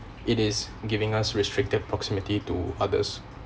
it is giving us restricted proximity to others